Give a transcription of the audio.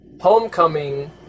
Homecoming